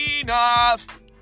enough